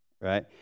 right